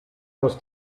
nos